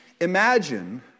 Imagine